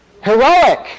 heroic